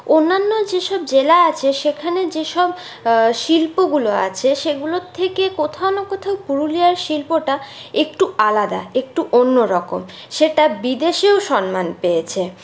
অন্যান্য যেসব জেলা আছে সেগুলি যেসব শিল্পগুলো আছে সেগুলোর থেকে কোথাও না কোথাও পুরুলিয়ার শিল্পটা একটু আলাদা একটু অন্য রকম সেটা বিদেশেও সম্মান পেয়েছে